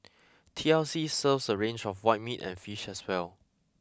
T L C serves a range of white meat and fish as well